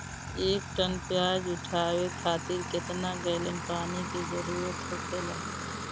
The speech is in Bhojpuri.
एक टन प्याज उठावे खातिर केतना गैलन पानी के जरूरत होखेला?